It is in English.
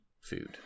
food